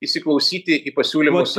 įsiklausyti į pasiūlymus